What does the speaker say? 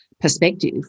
perspective